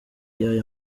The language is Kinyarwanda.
y’aya